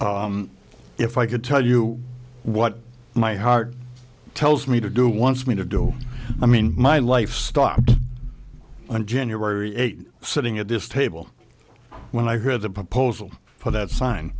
no if i could tell you what my heart tells me to do once me to do i mean my life stopped on january eighth sitting at this table when i heard the proposal for that sign